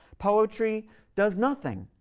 poetry does nothing.